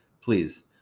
Please